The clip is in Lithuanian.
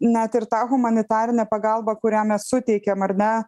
net ir tą humanitarinę pagalbą kurią mes suteikiam ar ne